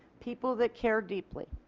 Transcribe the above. people that care deeply.